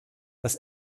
dass